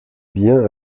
ben